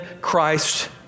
Christ